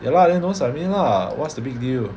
ya lah then don't submit lah what's the big deal